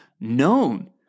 known